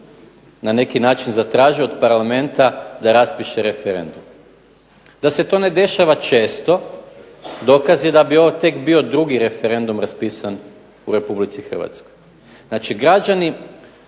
na neki način zatraži od Parlamenta da raspiše referendum. Da se to ne dešava često dokaz je da bi ovo tek bio drugi referendum raspisan u Republici Hrvatskoj. Znači, građani